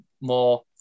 more